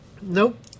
Nope